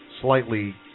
slightly